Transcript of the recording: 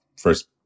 first